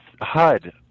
HUD